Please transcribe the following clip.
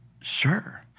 sure